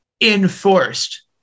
enforced